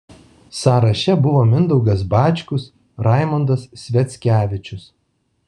sąraše buvo mindaugas bačkus raimondas sviackevičius